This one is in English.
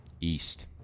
East